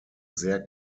sehr